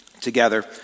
together